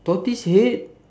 tortoise head